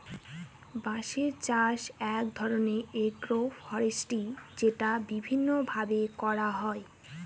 বাঁশের চাষ এক ধরনের এগ্রো ফরেষ্ট্রী যেটা বিভিন্ন ভাবে করা হয়